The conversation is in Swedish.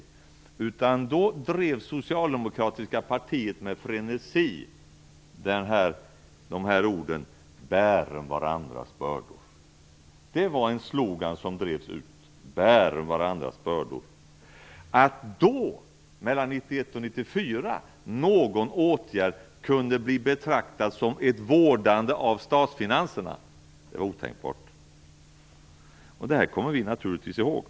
I stället drev då det socialdemokratiska partiet med frenesi orden: Bären varandras bördor! Det var den slogan som då drevs. Att någon åtgärd då, mellan 1991 och 1994, kunde betraktas som ett vårdande av statsfinanserna var otänkbart. Det kommer vi naturligtvis ihåg.